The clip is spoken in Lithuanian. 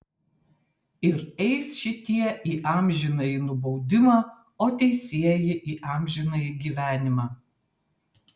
ir eis šitie į amžinąjį nubaudimą o teisieji į amžinąjį gyvenimą